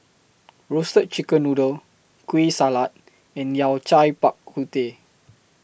Roasted Chicken Noodle Kueh Salat and Yao Cai Bak Kut Teh